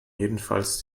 jedenfalls